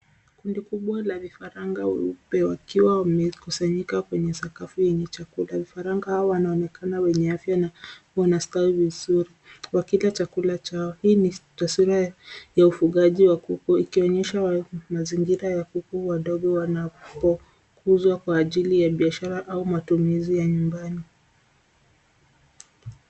Kundi kubwa la vifaranga weupe wakiwa wamekusanyika kwenye sakafu yenye chakula. Vifaranga hawa wanaonekana wenye afya na wanastawi vizuri, wakila chakula chao. Hii ni taswira ya ufugaji wa kuku ikionyesha wazi mazingira ya kuku wadogo wanapokuzwa kwa ajili ya biashara au matumizi ya nyumbani.